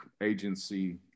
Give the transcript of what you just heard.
agency